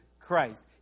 Christ